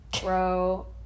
Bro